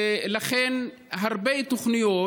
ולכן הרבה תוכניות,